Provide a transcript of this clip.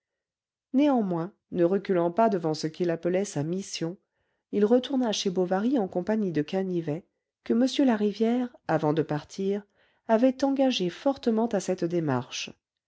néanmoins ne reculant pas devant ce qu'il appelait sa mission il retourna chez bovary en compagnie de canivet que m larivière avant de partir avait engagé fortement à cette démarche